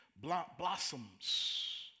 blossoms